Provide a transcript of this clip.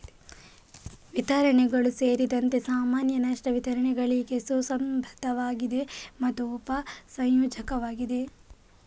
ವಿತರಣೆಗಳು ಸೇರಿದಂತೆ ಸಾಮಾನ್ಯ ನಷ್ಟ ವಿತರಣೆಗಳಿಗೆ ಸುಸಂಬದ್ಧವಾಗಿದೆ ಮತ್ತು ಉಪ ಸಂಯೋಜಕವಾಗಿದೆ